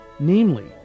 Namely